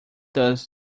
does